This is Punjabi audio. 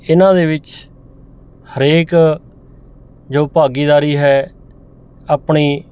ਇਹਨਾਂ ਦੇ ਵਿੱਚ ਹਰੇਕ ਜੋ ਭਾਗੀਦਾਰੀ ਹੈ ਆਪਣੀ